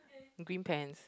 green pants